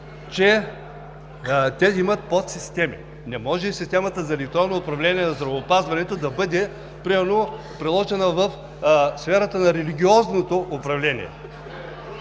че те имат подсистеми. Не може системата за електронно управление в здравеопазването да бъде примерно приложена в сферата на религиозното управление.